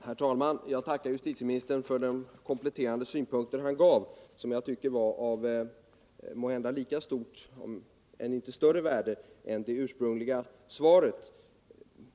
Herr talman! Jag tackar justitieministern för den kompletterande synpunkt han gav och som jag tycker var av måhända lika stort, om inte större värde än det ursprungliga svaret.